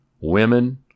women